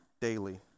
daily